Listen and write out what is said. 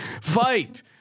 fight